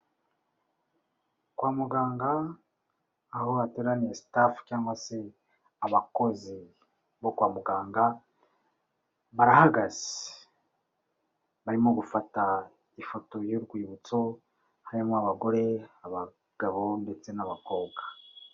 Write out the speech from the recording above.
Kwa muganga aho hateraniye sitafu cyangwa se abakozi bo kwa muganga, barahagaze barimo gufata ifoto y'urwibutso harimo abagore, abagabo ndetse n'abakobwa.